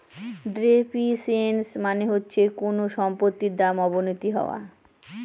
depreciation মানে হচ্ছে কোনো সম্পত্তির দাম অবনতি হওয়া